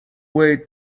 wait